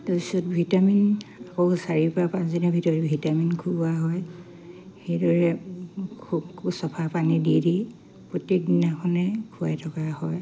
তাৰপিছত ভিটামিন আকৌ চাৰি পা পাঁচদিনৰ ভিতৰত ভিটামিন খুওৱা হয় সেইদৰে খুব চফা পানী দি দি প্ৰত্যেক দিনাখনে খুৱাই থকা হয়